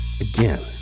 again